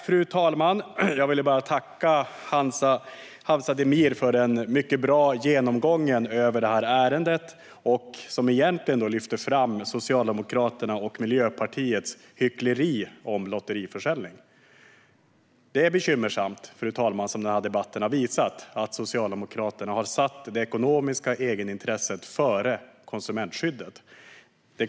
Fru talman! Jag ville bara tacka Hamza Demir för den mycket bra genomgången av detta ärende, som egentligen lyfter fram Socialdemokraternas och Miljöpartiets hyckleri gällande lotteriförsäljning. Det som denna debatt har visat, fru talman, är bekymmersamt: att Socialdemokraterna har satt det ekonomiska egenintresset före konsumentskyddet.